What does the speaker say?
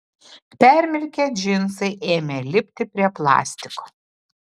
permirkę džinsai ėmė lipti prie plastiko